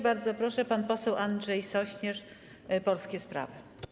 Bardzo proszę, pan poseł Andrzej Sośnierz, Polskie Sprawy.